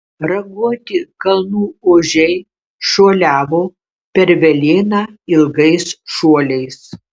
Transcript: raguoti kalnų ožiai šuoliavo per velėną ilgais šuoliais